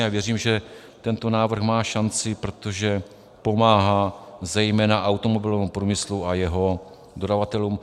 A věřím, že tento návrh má šanci, protože pomáhá zejména automobilovému průmyslu a jeho dodavatelům.